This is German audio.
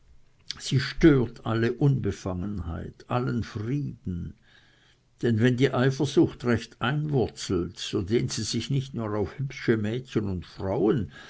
sie stört alle unbefangenheit allen frieden denn wenn die eifersucht recht einwurzelt so dehnt sie sich nicht nur auf hübsche mädchen und frauen